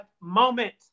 Moment